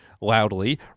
loudly